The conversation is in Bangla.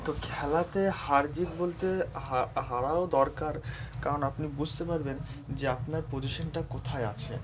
তো খেলাতে হার জিত বলতে হার হারাও দরকার কারণ আপনি বুঝতে পারবেন যে আপনার পজিশনটা কোথায় আছে